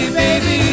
baby